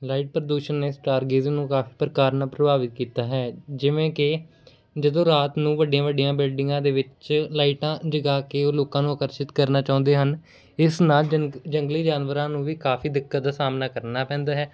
light ਪ੍ਰਦੂਸ਼ਣ ਨੇ stargazing ਨੂੰ ਕਾਫੀ ਪ੍ਰਕਾਰ ਨਾਲ ਪ੍ਰਭਾਵਿਤ ਕੀਤਾ ਹੈ ਜਿਵੇਂ ਕਿ ਜਦੋਂ ਰਾਤ ਨੂੰ ਵੱਡੀਆਂ ਵੱਡੀਆਂ ਬਿਲਡਿੰਗਾਂ ਦੇ ਵਿੱਚ ਲਾਈਟਾਂ ਜਗ੍ਹਾ ਕੇ ਉਹ ਲੋਕਾਂ ਨੂੰ ਆਕਰਸ਼ਿਤ ਕਰਨਾ ਚਾਹੁੰਦੇ ਹਨ ਇਸ ਨਾਲ ਜੰਗ ਜੰਗਲੀ ਜਾਨਵਰਾਂ ਨੂੰ ਵੀ ਕਾਫੀ ਦਿੱਕਤ ਦਾ ਸਾਹਮਣਾ ਕਰਨਾ ਪੈਂਦਾ ਹੈ